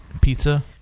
pizza